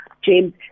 James